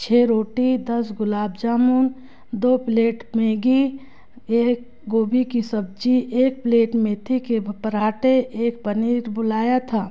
छः रोटी दस गुलाब जामुन दो प्लेट मेगी एक गोभी की सब्ज़ी एक प्लेट मेथी के पराँठे एक पनीर बुलाया था